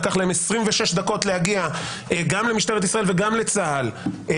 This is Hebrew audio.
לקח למשטרת ישראל וגם לצה"ל 26 דקות להגיע